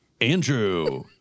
Andrew